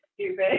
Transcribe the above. stupid